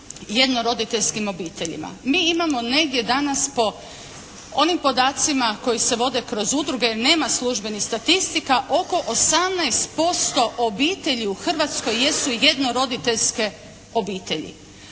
jedno roditeljskim obiteljima. Mi imamo negdje danas po onim podacima koji se vode kroz udruge, nema službenih statistika. Oko 18% obitelji u Hrvatskoj jesu jedno roditeljske obitelji.